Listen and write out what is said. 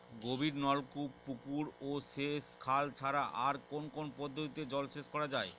গভীরনলকূপ পুকুর ও সেচখাল ছাড়া আর কোন কোন পদ্ধতিতে জলসেচ করা যায়?